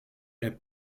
les